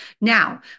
Now